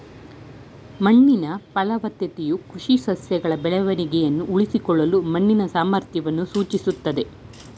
ಮಣ್ಣಿನ ಫಲವತ್ತತೆಯು ಕೃಷಿ ಸಸ್ಯಗಳ ಬೆಳವಣಿಗೆನ ಉಳಿಸ್ಕೊಳ್ಳಲು ಮಣ್ಣಿನ ಸಾಮರ್ಥ್ಯವನ್ನು ಸೂಚಿಸ್ತದೆ